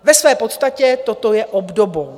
Ve své podstatě toto je obdobou.